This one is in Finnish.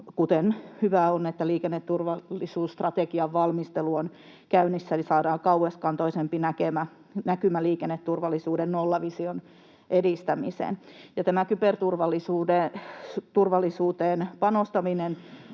Ja hyvä on, että liikenneturvallisuusstrategian valmistelu on käynnissä, eli saadaan kauaskantoisempi näkymä liikenneturvallisuuden nollavision edistämiseen. Tämä kyberturvallisuuteen panostaminen